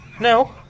No